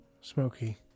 Smoky